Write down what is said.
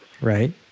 Right